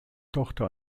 tochter